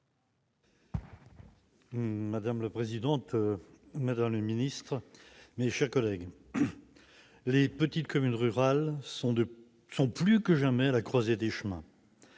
Madame la présidente, madame la secrétaire d'État, mes chers collègues, les petites communes rurales sont plus que jamais à la croisée des chemins.